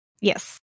Yes